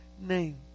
name